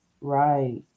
right